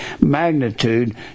magnitude